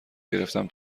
گرفتم